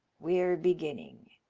we're beginning.